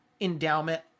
endowment